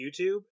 YouTube